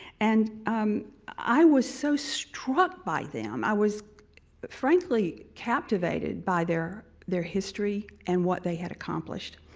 and um i was so struck by them, i was frankly captivated by their their history and what they had accomplished.